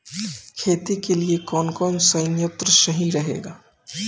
खेती के लिए कौन कौन संयंत्र सही रहेगा?